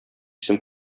исем